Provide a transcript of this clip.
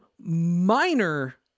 minor